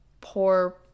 poor